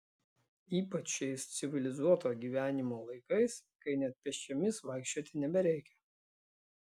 ypač šiais civilizuoto gyvenimo laikais kai net pėsčiomis vaikščioti nebereikia